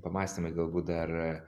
pamąstymai galbūt dar